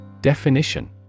Definition